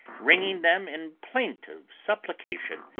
wringing them in plaintive supplication,